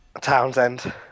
Townsend